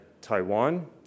Taiwan